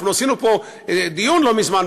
אנחנו עשינו פה דיון לא מזמן,